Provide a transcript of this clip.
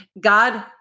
God